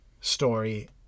story